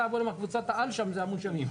קבוצת העל שם זה המונשמים.